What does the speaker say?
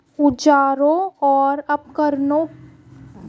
औजारों और उपकरणों के उचित भंडारण से कोई कैसे लाभान्वित हो सकता है?